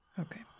Okay